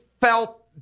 felt